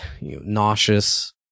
nauseous